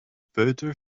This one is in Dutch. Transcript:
peuter